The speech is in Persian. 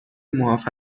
معاف